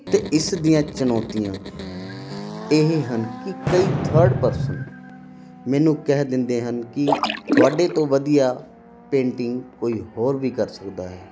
ਅਤੇ ਇਸ ਦੀਆਂ ਚੁਣੌਤੀਆਂ ਇਹ ਹਨ ਕਿ ਕਈ ਥਰਡ ਪਰਸਨ ਮੈਨੂੰ ਕਹਿ ਦਿੰਦੇ ਹਨ ਕਿ ਤੁਹਾਡੇ ਤੋਂ ਵਧੀਆ ਪੇਂਟਿੰਗ ਕੋਈ ਹੋਰ ਵੀ ਕਰ ਸਕਦਾ ਹੈ